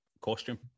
costume